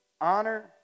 honor